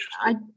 I-